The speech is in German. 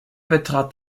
betrat